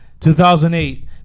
2008